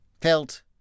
felt